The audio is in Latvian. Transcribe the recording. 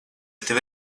tevi